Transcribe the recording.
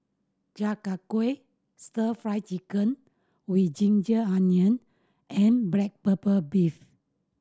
Chi Kak Kuih Stir Fry Chicken with ginger onion and black pepper beef